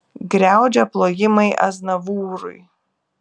griaudžia plojimai aznavūrui